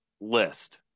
list